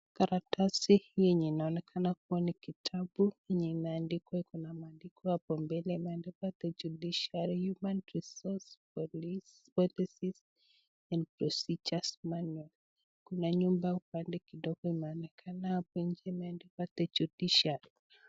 Karatasi hii yenye inaonekana kuwa ni kitabu yenye imeandikwa, iko na maandiko hapo mbele, imeandikwa the judiciary human resource policies and procedures manual . Kuna nyumba upande kidogo inaonekana hapo nje imeandikwa The Judiciary .